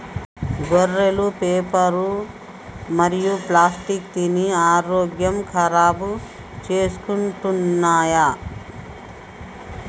గొర్రెలు పేపరు మరియు ప్లాస్టిక్ తిని ఆరోగ్యం ఖరాబ్ చేసుకుంటున్నయ్